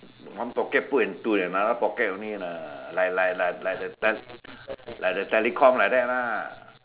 one pocket put into another pocket only lah like like like like the the telecom like that lah